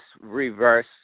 reverse